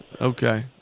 Okay